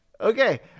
Okay